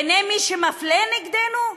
בעיני מי שמפלה נגדנו?